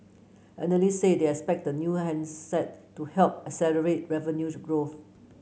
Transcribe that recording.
analysts said they expect the new handset to help accelerate revenue growth